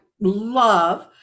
love